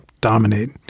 dominate